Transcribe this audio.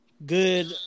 Good